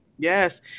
Yes